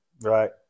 Right